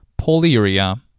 polyuria